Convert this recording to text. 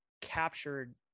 captured